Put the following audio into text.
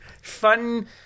fun